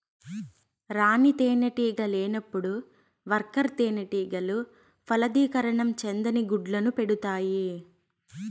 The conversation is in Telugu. రాణి తేనెటీగ లేనప్పుడు వర్కర్ తేనెటీగలు ఫలదీకరణం చెందని గుడ్లను పెడుతాయి